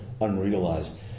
unrealized